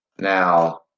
Now